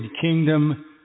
kingdom